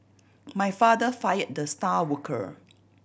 my father fired the star worker